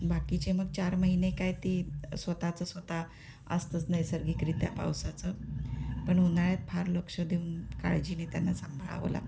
बाकीचे मग चार महिने काय ती स्वतःचं स्वतः असतंच नैसर्गिकरित्या पावसाचं पण उन्हाळ्यात फार लक्ष देऊन काळजीने त्यांना सांभाळावं लागतं